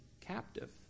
captive